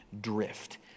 drift